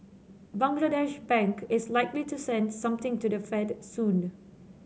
Bangladesh Bank is likely to send something to the Fed soon